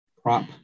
crop